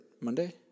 Monday